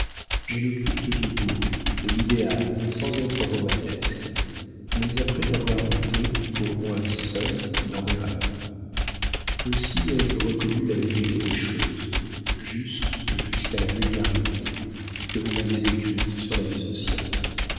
j'ai le culte du beau de l'idéal sans être romanesque mais après l'avoir été pour moi seule dans mes rêves aussi ai-je reconnu la vérité des choses justes jusqu'à la vulgarité que vous m'avez écrites sur la vie sociale